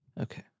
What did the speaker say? Okay